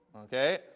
Okay